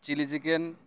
chili chicken